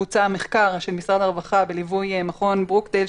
בוצע מחקר של משרד הרווחה בליווי מכון ברוקדייל,